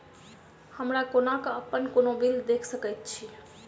हम कोना कऽ अप्पन कोनो बिल देख सकैत छी?